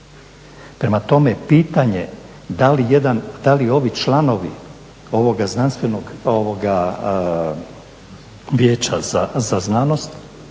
Prema tome, pitanje da li ovi članovi ovoga Vijeća za znanost,